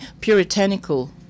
puritanical